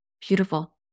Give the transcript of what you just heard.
beautiful